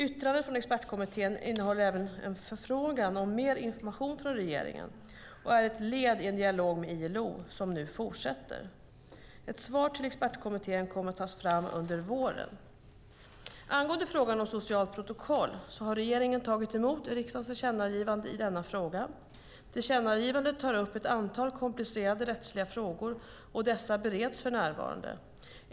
Yttrandet från expertkommittén innehåller även en förfrågan om mer information från regeringen och är ett led i en dialog med ILO, som nu fortsätter. Ett svar till expertkommittén kommer att tas fram under våren. Angående frågan om socialt protokoll har regeringen tagit emot riksdagens tillkännagivande i denna fråga. Tillkännagivandet tar upp ett antal komplicerade rättsliga frågor och dessa bereds för närvarande.